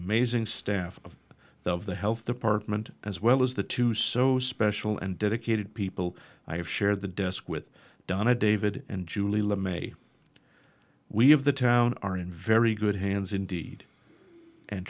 amazing staff of the of the health department as well as the two so special and dedicated people i have shared the desk with donna david and julie le may we have the town are in very good hands indeed and